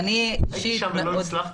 הייתי שם ולא הצלחתי.